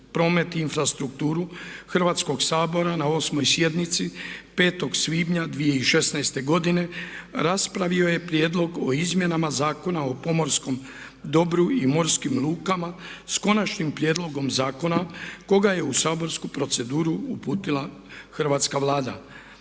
promet i infrastrukturu Hrvatskog sabora na 8. sjednici 5. svibnja 2016. godine raspravio je prijedlog o izmjenama Zakona o pomorskom dobru i morskim lukama s konačnim prijedlogom zakona koga je u saborsku proceduru uputila Hrvatska vlada.